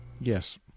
Yes